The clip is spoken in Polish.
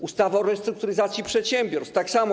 Ustawa o restrukturyzacji przedsiębiorstw - tak samo.